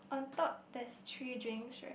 on top there's three drinks right